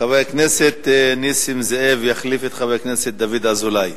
חבר הכנסת נסים זאב יחליף את חבר הכנסת דוד אזולאי.